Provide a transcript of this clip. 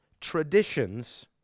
traditions